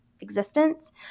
existence